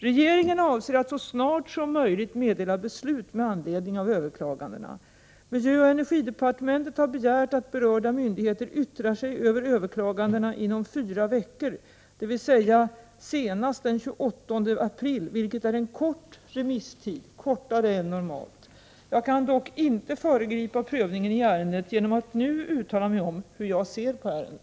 Regeringen avser att så snart som möjligt meddela beslut med anledning av öveklagandena. Miljöoch energidepartementet har begärt att berörda myndigheter yttrar sig över överklagandena inom fyra veckor, dvs. senast den 28 april, vilket är en kort remisstid, kortare än normalt. Jag kan dock inte föregripa prövningen i ärendet genom att nu uttala mig om hur jag ser på ärendet.